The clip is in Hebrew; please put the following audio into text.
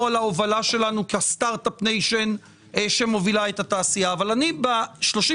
על ההובלה שלנו כסטארט אפ ניישן שמובילה את התעשייה אבל לסיום,